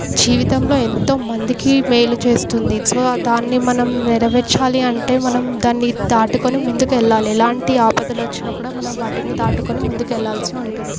జీవితంలో ఎంతో మందికి మేలు చేస్తుంది సో దాన్ని మనం నెరవేర్చాలి అంటే మనం దాన్ని దాటుకొని ముందుకి వెళ్ళాలి ఎలాంటి ఆపదలు వచ్చినా కూడా మనం వాటిని దాటుకొని ముందుకి వెళ్ళాల్సి ఉంటుంది